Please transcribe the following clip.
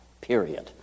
period